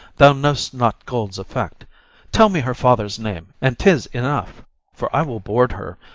thou know'st not gold's effect tell me her father's name, and tis enough for i will board her,